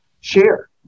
share